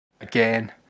again